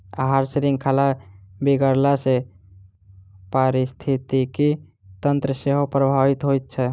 आहार शृंखला बिगड़ला सॅ पारिस्थितिकी तंत्र सेहो प्रभावित होइत छै